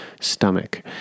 stomach